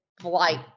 flight